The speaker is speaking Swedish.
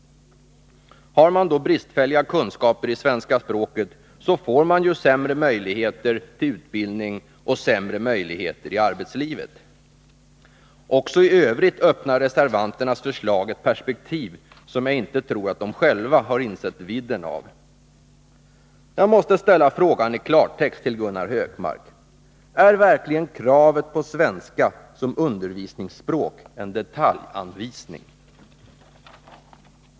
Har man då bristfälliga kunskaper i svenska språket, får man ju sämre möjligheter till utbildning och sämre möjligheter i arbetslivet. Också i övrigt öppnar reservanternas förslag ett perspektiv som jag inte tror att de själva har insett vidden av. Jag måste i klartext fråga Gunnar Hökmark: Är verkligen kravet på svenska som undervisningsspråk en detaljanvisning?